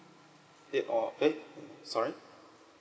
eight or eh sorry